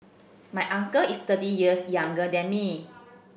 my uncle is thirty years younger than me